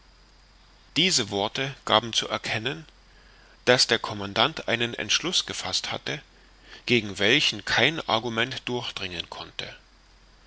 diese worte gaben zu erkennen daß der commandant einen entschluß gefaßt hatte gegen welchen kein argument durchdringen konnte